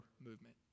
movement